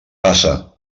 passa